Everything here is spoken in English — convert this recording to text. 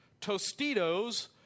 Tostitos